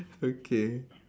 okay